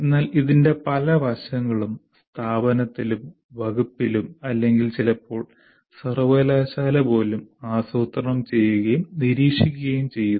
എന്നാൽ ഇതിന്റെ പല വശങ്ങളും സ്ഥാപനത്തിലും വകുപ്പിലും അല്ലെങ്കിൽ ചിലപ്പോൾ സർവകലാശാല പോലും ആസൂത്രണം ചെയ്യുകയും നിരീക്ഷിക്കുകയും ചെയ്യുന്നു